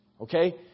Okay